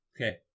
Okay